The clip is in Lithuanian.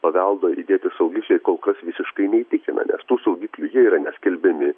paveldo įdėti saugikliai kol kas visiškai neįtikina nes tų saugiklių jie yra neskelbiami